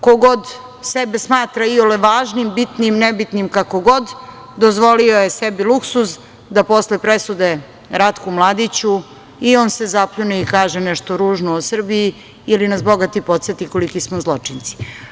Ko god sebe smatra iole važnim, bitnim, nebitnim, kako god, dozvolio je sebi luksuz da posle presude Ratku Mladiću i on se zapljune i kaže nešto ružno o Srbiji ili nas podseti koliki smo zločinci.